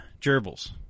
gerbils